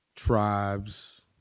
tribes